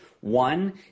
One